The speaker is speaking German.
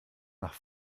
nach